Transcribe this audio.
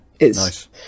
nice